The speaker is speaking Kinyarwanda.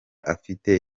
afite